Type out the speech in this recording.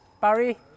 Barry